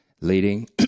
leading